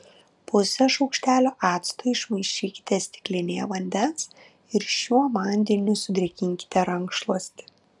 pusę šaukštelio acto išmaišykite stiklinėje vandens ir šiuo vandeniu sudrėkinkite rankšluostį